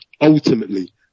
ultimately